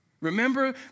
Remember